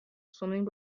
swimming